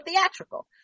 theatrical